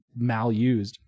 malused